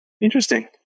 Interesting